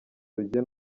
rugiye